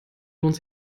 lohnt